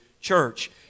church